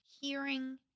hearing